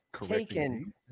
taken